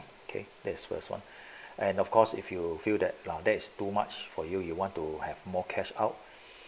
okay there's first one and of course if you feel that lah that's too much for you you want to have more cash out